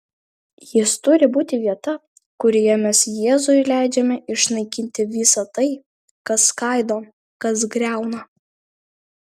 jis turi būti vieta kurioje mes jėzui leidžiame išnaikinti visa tai kas skaido kas griauna